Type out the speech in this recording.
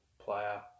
player